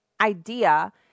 idea